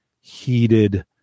heated